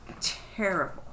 terrible